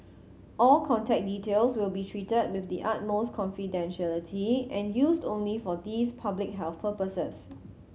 all contact details will be treated with the utmost confidentiality and used only for these public health purposes